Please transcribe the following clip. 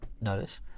notice